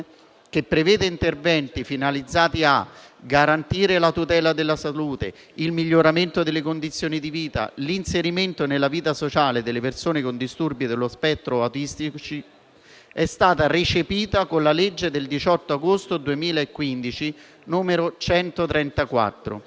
che prevede interventi finalizzati a garantire la tutela della salute, il miglioramento delle condizioni di vita e l'inserimento nella vita sociale delle persone con disturbi dello spettro autistico. Tale risoluzione è stata recepita con la legge del 18 agosto 2015 n. 134.